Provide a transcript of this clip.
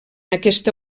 aquesta